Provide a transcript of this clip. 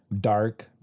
dark